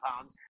pounds